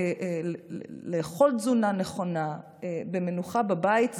לאכול תזונה נכונה במנוחה בבית,